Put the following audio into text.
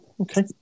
okay